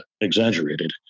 exaggerated